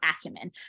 acumen